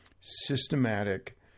systematic